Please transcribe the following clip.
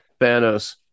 Thanos